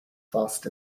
fast